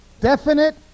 definite